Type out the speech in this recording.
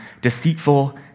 deceitful